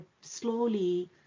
slowly